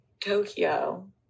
Tokyo